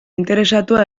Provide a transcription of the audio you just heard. interesatua